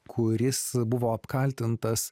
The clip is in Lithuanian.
kuris buvo apkaltintas